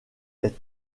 est